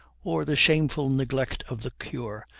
or the shameful neglect of the cure,